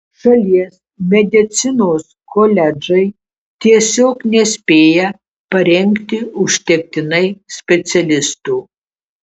šalies medicinos koledžai tiesiog nespėja parengti užtektinai specialistų